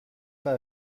pas